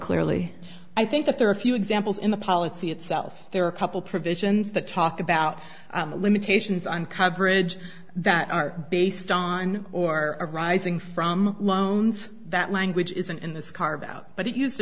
clearly i think that there are a few examples in the policy itself there are a couple provisions that talk about limitations on coverage that are based on or arising from loans that language isn't in this carve out but it used to